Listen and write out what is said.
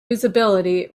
usability